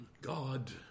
God